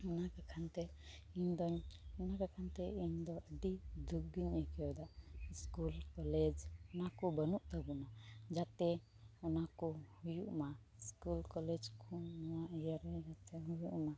ᱚᱱᱟ ᱵᱟᱠᱷᱟᱱᱛᱮ ᱤᱧᱫᱚᱧ ᱚᱱᱟ ᱵᱟᱠᱷᱟᱱᱛᱮ ᱤᱧᱫᱚ ᱟᱹᱰᱤ ᱫᱩᱠ ᱜᱤᱧ ᱟᱹᱭᱠᱟᱹᱣᱫᱟ ᱤᱥᱠᱩᱞ ᱠᱚᱞᱮᱡᱽ ᱚᱱᱟᱠᱚ ᱵᱟᱹᱱᱩᱜ ᱛᱟᱵᱚᱱᱟ ᱡᱟᱛᱮ ᱚᱱᱟᱠᱚ ᱦᱩᱭᱩᱜ ᱢᱟ ᱥᱠᱩᱞ ᱠᱚᱞᱮᱡᱽ ᱠᱚ ᱱᱚᱣᱟ ᱤᱭᱟᱹᱨᱮ ᱡᱟᱛᱮ ᱦᱩᱭᱩᱜ ᱢᱟ